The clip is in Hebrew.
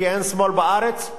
כי אין שמאל בארץ,